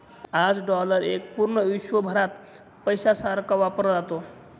आज डॉलर एक पूर्ण विश्वभरात पैशासारखा वापरला जातो